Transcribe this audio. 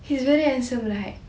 he's very handsome like